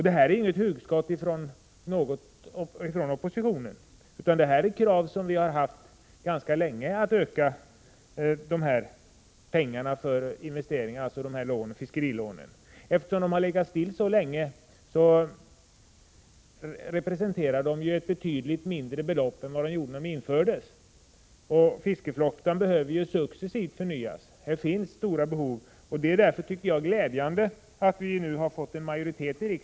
Detta är inget hugskott från oppositionen, utan vi har länge ställt krav på att anslaget till fiskerilån skulle öka. Eftersom anslaget har legat på samma nivå så länge representerar det ett betydligt mindre belopp än när det infördes. Fiskeflottan behöver successivt förnyas — behoven är stora. Det är därför glädjande att en majoritet i riksdagen nu har ställt sig bakom våra krav = Prot.